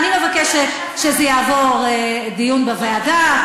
אני מבקשת שזה יעבור לדיון בוועדה.